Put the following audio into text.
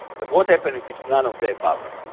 but what happened if it's none of the above?